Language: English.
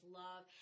love